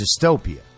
dystopia